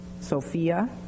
Sophia